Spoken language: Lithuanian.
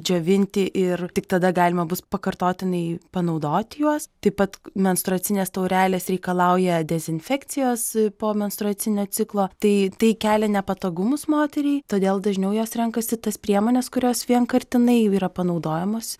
džiovinti ir tik tada galima bus pakartotinai panaudoti juos taip pat menstruacinės taurelės reikalauja dezinfekcijos po menstruacinio ciklo tai tai kelia nepatogumus moteriai todėl dažniau jos renkasi tas priemones kurios vienkartiniai yra panaudojamos